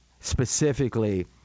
specifically